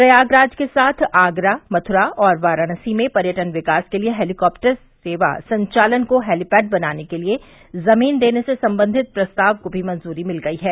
प्रयागराज के साथ आगरा मथुरा और वाराणसी में पर्यटन विकास के लिये हेलीकाप्टर सेवा संचालन को हैलीपैड बनाने के लिये जमीन देने से संबंधित प्रस्ताव को भी मंजूरी मिल गई है